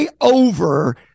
over